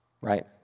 right